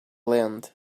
learned